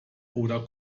oder